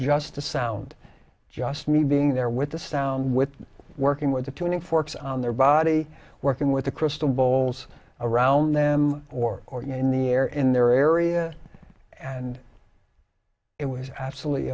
the sound just me being there with the sound with working with the tuning forks on their body working with the crystal bowls around them or or you know in the air in their area and it was absolutely